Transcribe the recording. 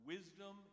Wisdom